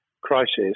crisis